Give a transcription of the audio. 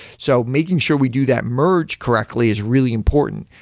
so making sure we do that merge correctly is really important,